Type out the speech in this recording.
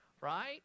right